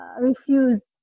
refuse